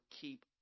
keep